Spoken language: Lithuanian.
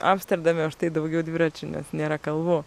amsterdame užtai daugiau dviračių nes nėra kalvų